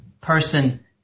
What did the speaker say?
person